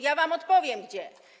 Ja wam odpowiem gdzie.